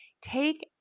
take